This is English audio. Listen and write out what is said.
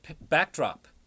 backdrop